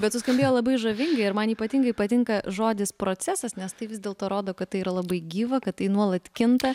bet suskambėjo labai žavingai ir man ypatingai patinka žodis procesas nes tai vis dėlto rodo kad tai yra labai gyva kad tai nuolat kinta